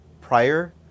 prior